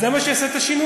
אז זה מה שיעשה את השינוי?